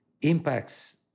impacts